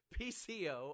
PCO